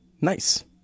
nice